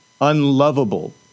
unlovable